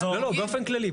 לא, לא, באופן כללי.